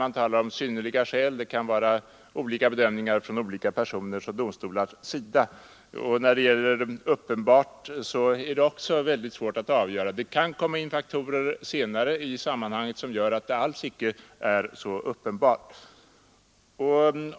Olika personer och olika domstolar kan göra olika bedömningar. Det är också svårt att avgöra vad som är ”uppenbart”. Det kan komma in faktorer efter hand som gör att det inte längre är så ”uppenbart” att tillstånd kommer att lämnas.